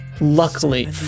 luckily